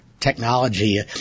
technology